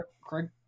Craig